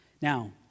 Now